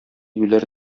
юләр